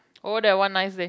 oh that one nice leh